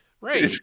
Right